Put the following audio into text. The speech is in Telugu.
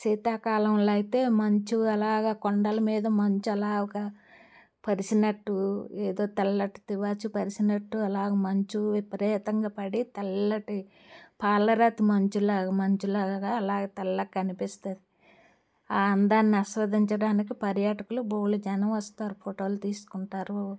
శీతాకాలంలో అయితే మంచు అలాగా కొండల మీద మంచు అలాగ పరచినట్టు ఏదో తెల్లటి తివాచీ పరచినట్టు అలాగ మంచు విపరీతంగా పడి తెల్లటి పాలరాతి మంచులాగా మంచులాగా అలాగ తెల్లగ కనిపిస్తుంది ఆ అందాన్ని అస్వాదించడానికి పర్యాటకులు బోలెడు జనం వస్తారు ఫోటోలు తీసుకుంటారు